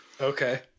Okay